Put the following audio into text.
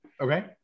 Okay